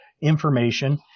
information